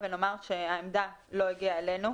כנראה לא הגיעה אלינו,